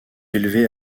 élevé